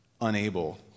unable